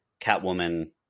Catwoman